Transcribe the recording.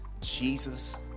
jesus